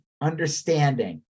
understanding